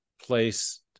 place